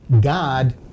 God